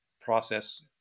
process